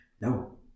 no